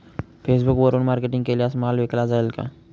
फेसबुकवरुन मार्केटिंग केल्यास माल विकला जाईल का?